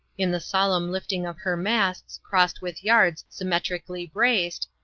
in the solemn lifting of her masts crossed with yards symmetrically braced,